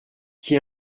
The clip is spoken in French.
qui